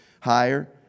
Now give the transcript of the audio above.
higher